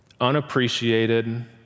unappreciated